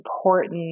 important